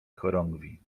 chorągwi